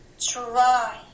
Try